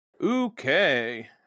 Okay